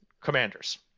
Commanders